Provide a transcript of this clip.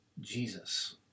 Jesus